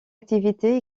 activité